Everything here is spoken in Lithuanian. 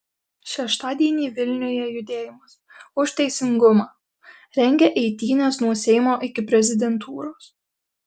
šeštadienį vilniuje judėjimas už teisingumą rengia eitynes nuo seimo iki prezidentūros